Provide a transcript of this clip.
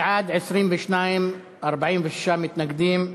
בעד, 22, ו-46 מתנגדים.